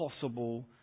possible